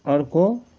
अर्को